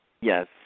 Yes